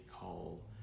call